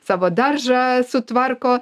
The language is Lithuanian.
savo daržą sutvarko